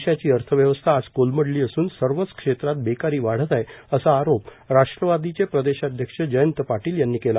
देशाची अर्थव्यवस्था आज कोलमडली असून सर्व क्षेत्रात बेकारी वाढत आहे असा आरोप राष्ट्रवादीचे प्रदेशाध्यक्ष जयंत पाटील यांनी केला